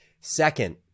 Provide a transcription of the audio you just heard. Second